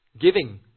giving